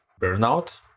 burnout